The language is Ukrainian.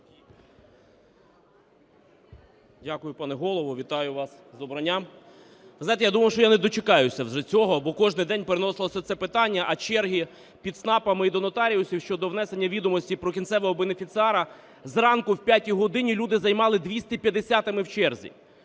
Дякую, пане Голово. Вітаю вас з обранням! Ви знаєте, я думав, що я не дочекаюся вже цього. Бо кожен день переносилося це питання, а черги під ЦНАПами і до нотаріусів щодо внесення відомостей про кінцевого бенефіціара: зранку, о 5 годині, люди займали 250-ми в черзі.